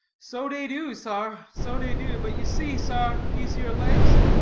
so dey do, sar so dey do. but you see, sar, dese here legs?